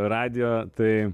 radijo tai